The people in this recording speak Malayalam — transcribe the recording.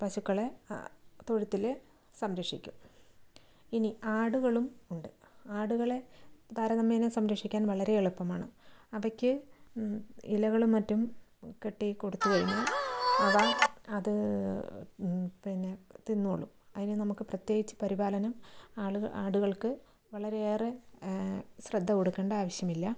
പശുക്കളെ തൊഴുത്തില് സംരക്ഷിക്കും ഇനി ആടുകളും ഉണ്ട് ആടുകളെ താരതമ്യേനെ സംരക്ഷിക്കാൻ വളരെ എളുപ്പമാണ് അവയ്ക്ക് ഇലകളും മറ്റും കെട്ടി കൊടുത്ത് കഴിഞ്ഞാൽ അവ അത് പിന്നെ തിന്നോളും അതിന് നമുക്ക് പ്രത്യേകിച്ച് പരിപാലനം ആളു ആടുകൾക്ക് വളരെയേറെ ശ്രദ്ധ കൊടുക്കേണ്ട ആവിശ്യമില്ല